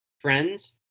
friends